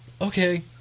Okay